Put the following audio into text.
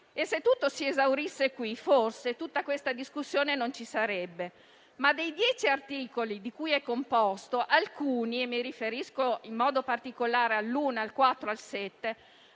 Se tutto si esaurisse qui, forse tutta questa discussione non ci sarebbe. Tuttavia, dei dieci articoli di cui è composto, alcuni - e mi riferisco in modo particolare agli articoli 1,